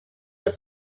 have